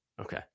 Okay